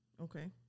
Okay